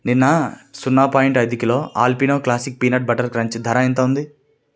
నిన్న సున్నా పాయింట్ ఐదు kilo Alpino classic peanut butter crunch ధర ఎంత ఉంది